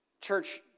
church